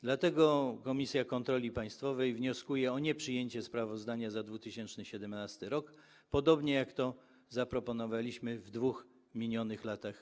Dlatego Komisja do Spraw Kontroli Państwowej wnioskuje o nieprzyjęcie sprawozdania za 2017 r., podobnie jak to zaproponowaliśmy w dwóch minionych latach.